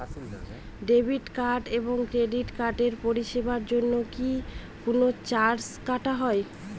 Debit card এবং credit কার্ডের পরিষেবার জন্য কি কোন চার্জ কাটা হয়?